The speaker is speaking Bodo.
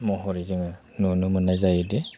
महरै जोङो नुनो मोननाय जायो दि